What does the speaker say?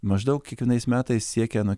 maždaug kiekvienais metais siekia nuo